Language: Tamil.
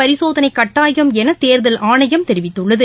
பரிசோதனை கட்டாயம் என தேர்தல் ஆணையம் தெரிவித்துள்ளது